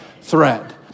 threat